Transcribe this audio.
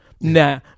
Nah